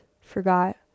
forgot